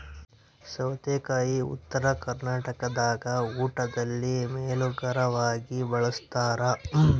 ಸೌತೆಕಾಯಿ ಉತ್ತರ ಕರ್ನಾಟಕದಾಗ ಊಟದಲ್ಲಿ ಮೇಲೋಗರವಾಗಿ ಬಳಸ್ತಾರ